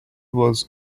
was